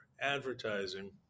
advertising